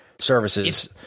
services